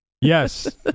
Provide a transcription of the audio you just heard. Yes